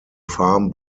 farm